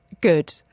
good